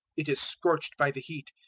it is scorched by the heat,